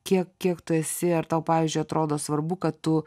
kiek kiek tu esi ar tau pavyzdžiui atrodo svarbu kad tu